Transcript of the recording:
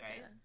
right